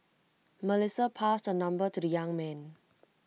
Melissa passed her number to the young man